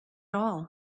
all